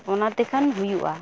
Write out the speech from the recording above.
ᱚᱱᱟ ᱛᱮᱠᱷᱟᱱ ᱦᱩᱭᱩᱜᱼᱟ